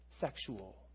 sexual